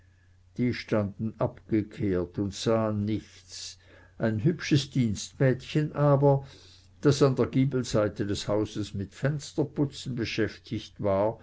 die standen abgekehrt und sahen nichts ein hübsches dienstmädchen aber das an der giebelseite des hauses mit fensterputzen beschäftigt war